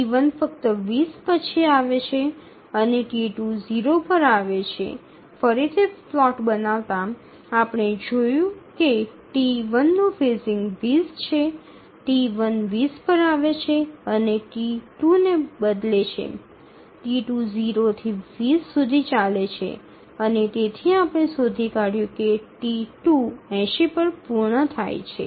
T1 ફક્ત ૨0 પછી આવે છે અને T2 0 પર આવે છે ફરીથી પ્લોટ બનાવતા આપણે જોયું કે T1 નું ફેઝિંગ ૨0 છે T1 ૨0 પર આવે છે અને T2 ને બદલે છે T2 0 થી ૨0 સુધી ચાલે છે અને તેથી આપણે શોધી કાઢ્યું છે કે T2 ૮0 પર પૂર્ણ થાય છે